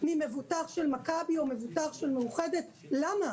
ממבוטח של מכבי או מבוטח של מאוחדת, למה?